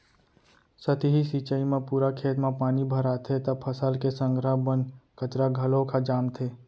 सतही सिंचई म पूरा खेत म पानी भराथे त फसल के संघरा बन कचरा घलोक ह जामथे